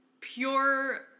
Pure